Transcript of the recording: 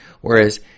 Whereas